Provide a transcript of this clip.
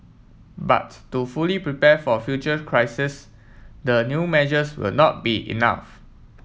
but to fully prepare for future crises the new measures will not be enough